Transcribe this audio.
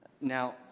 Now